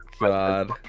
god